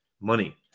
money